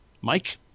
Mike